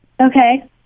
Okay